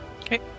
Okay